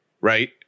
right